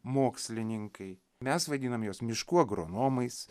mokslininkai mes vadinam juos miškų agronomais